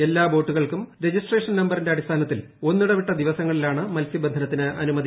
എല്ലാ ബോട്ടുകൾക്കും registration നമ്പരിന്റെ അടിസ്ഥാനത്തിൽ ഒന്നിടവിട്ട ദിവസങ്ങളിലാണ് മത്സ്യബന്ധനത്തിന് അനുമതി